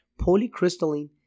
polycrystalline